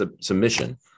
submission